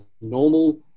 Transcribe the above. normal